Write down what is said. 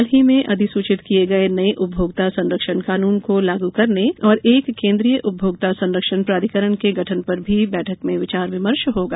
हाल ही में अधिसूचित किये गये नये उपभोक्ता संरक्षण कानून को लागू करने और एक केन्द्रीय उपभोक्ता संरक्षण प्राधिकरण के गठन पर भी बैठक में विचार विमर्श होगा